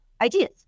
ideas